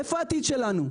איפה העתיד שלנו?